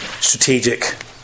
strategic